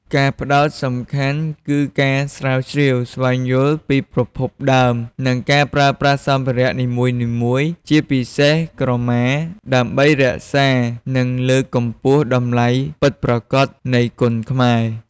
ការផ្តោតសំខាន់គឺការស្រាវជ្រាវ ស្វែងយល់ពីប្រភពដើម និងការប្រើប្រាស់សម្ភារៈនីមួយៗ ជាពិសេសក្រមា ដើម្បីរក្សា និងលើកកម្ពស់តម្លៃពិតប្រាកដនៃគុនខ្មែរ។